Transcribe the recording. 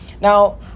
Now